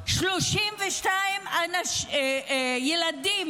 32 ילדים